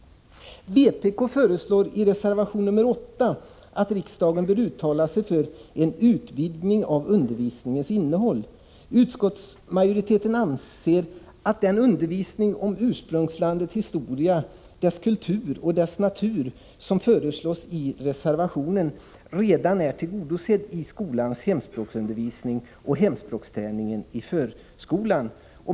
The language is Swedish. Vpk föreslår i reservation nr 8 att riksdagen bör uttala sig för en utvidgning av undervisningens innehåll. Utskottsmajoriteten anser att den undervisning om ursprungslandets historia, kultur och natur som föreslås i reservationen redan är tillgodosedd i skolans hemspråksundervisning och hemspråksträningen i förskolan.